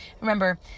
Remember